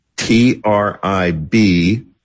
T-R-I-B